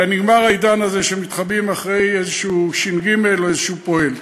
נגמר העידן הזה שמתחבאים מאחורי איזה ש"ג או איזה פועל.